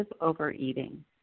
overeating